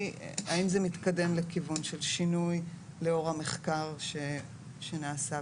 היא האם זה מתקדם לכיוון של שינוי לאור המחקר שנעשה.